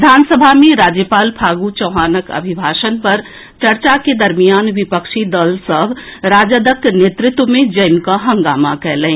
विधानसभा मे राज्यपाल फागू चौहानक अभिभाषण पर चर्चा के दरमियान विपक्षी दल सभ राजदक नेतृत्व मे जमि कऽ हंगामा कयलनि